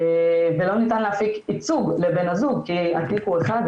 ולא ניתן להפיק ייצוג לבן הזוג כי התיק הוא אחד,